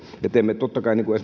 teemme totta kai